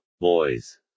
boys